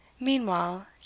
Meanwhile